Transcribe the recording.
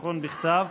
בכתב,